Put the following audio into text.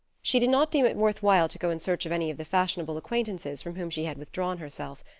she did not deem it worth while to go in search of any of the fashionable acquaintances from whom she had withdrawn herself.